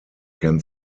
can